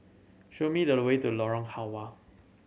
show me the way to Lorong Halwa